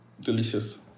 delicious